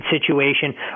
situation